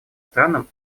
странам